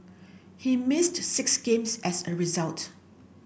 he missed six games as a result